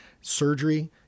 surgery